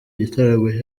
gitaramo